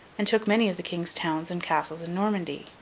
and took many of the king's towns and castles in normandy.